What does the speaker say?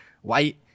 white